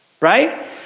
right